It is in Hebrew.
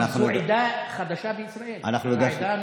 אגב, זו עדה חדשה בישראל, העדה הנורבגית.